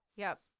yep.